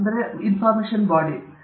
ಅದು ಏಕೆ ಮುಖ್ಯವಾಗಿದೆ